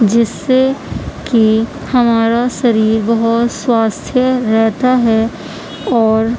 جس سے کہ ہمارا شریر بہت سوستھ رہتا ہے اور